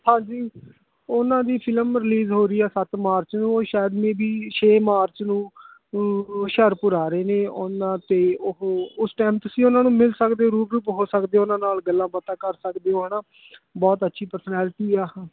ਹਾਂਜੀ ਉਨ੍ਹਾਂ ਦੀ ਫ਼ਿਲਮ ਰਿਲੀਜ਼ ਹੋ ਰਹੀ ਹੈ ਸੱਤ ਮਾਰਚ ਨੂੰ ਉਹ ਸ਼ਾਇਦ ਮੇ ਬੀ ਛੇ ਮਾਰਚ ਨੂੰ ਅ ਹੁਸ਼ਿਆਰਪੁਰ ਆ ਰਹੇ ਨੇ ਉਨ੍ਹਾਂ ਅਤੇ ਉਹ ਉਸ ਟੈਮ ਤੁਸੀਂ ਉਨ੍ਹਾਂ ਨੂੰ ਮਿਲ ਸਕਦੇ ਹੋ ਅਤੇ ਰੂ ਬ ਰੂ ਹੋ ਸਕਦੇ ਹੋ ਉਨ੍ਹਾਂ ਨਾਲ ਗੱਲਾਂ ਬਾਤਾਂ ਕਰ ਸਕਦੇ ਹੋ ਹੈ ਨਾ ਬਹੁਤ ਅੱਛੀ ਪਰਸਨੈਲਿਟੀ ਆ ਹਾਂ